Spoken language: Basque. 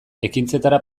ekintzetara